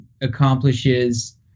accomplishes